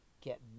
get